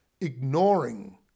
ignoring